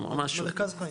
או משהו --- מרכז חיים